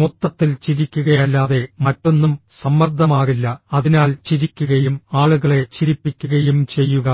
മൊത്തത്തിൽ ചിരിക്കുകയല്ലാതെ മറ്റൊന്നും സമ്മർദ്ദമാകില്ല അതിനാൽ ചിരിക്കുകയും ആളുകളെ ചിരിപ്പിക്കുകയും ചെയ്യുക